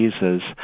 Jesus